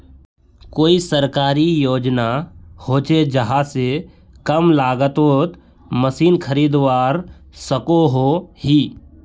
कोई सरकारी योजना होचे जहा से कम लागत तोत मशीन खरीदवार सकोहो ही?